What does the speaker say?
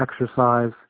exercise